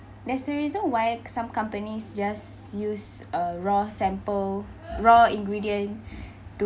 there's a reason why some companies just use uh raw sample raw ingredient to